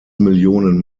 millionen